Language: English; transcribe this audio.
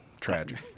tragic